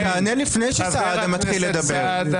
תענה לפני שסעדה מתחיל לדבר.